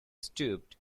stooped